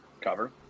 Cover